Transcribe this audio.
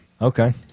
Okay